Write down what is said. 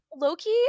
Loki